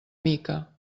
mica